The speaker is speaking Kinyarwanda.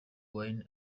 wine